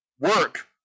work